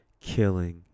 Killing